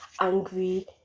angry